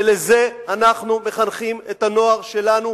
ולזה אנחנו מחנכים את הנוער שלנו,